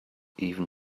even